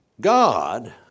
God